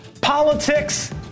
politics